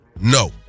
No